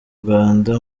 rwanda